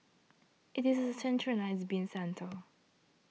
it is a centralised bin centre